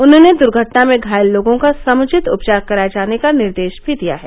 उन्होंने दुर्घटना में घायल लोगों का समुचित उपचार कराये जाने का निर्देश भी दिया है